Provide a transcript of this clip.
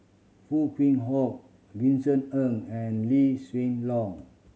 Foo Kwee Horng Vincent Ng and Lee Hsien Loong